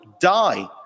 die